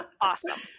awesome